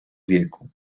wieku